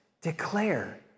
declare